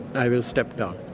i will step down.